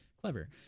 Clever